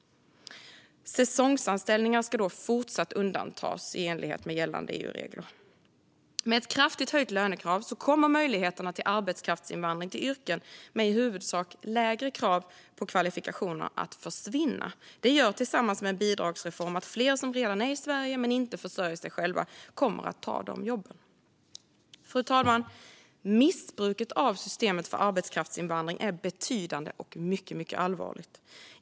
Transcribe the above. Säsongsanställningar ska fortsatt undantas i enlighet med gällande EU-regler. Med ett kraftigt höjt lönekrav kommer möjligheterna till arbetskraftsinvandring till yrken med i huvudsak lägre krav på kvalifikationer att försvinna. Det gör, tillsammans med en bidragsreform, att fler som redan är i Sverige men inte försörjer sig själva kommer att ta de jobben. Fru talman! Missbruket av systemet för arbetskraftsinvandring är betydande och mycket allvarligt.